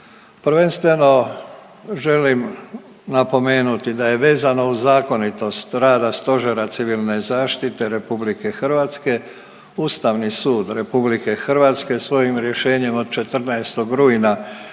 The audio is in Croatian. Prvenstveno želim napomenuti da je vezano uz zakonitost rada Stožera Civilne zaštite Republike Hrvatske Ustavni sud Republike Hrvatske svojim rješenjem od 14. rujna